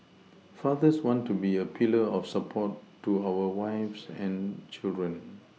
fathers want to be a pillar of support to our wives and children